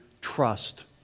trust